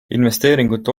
investeeringute